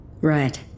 Right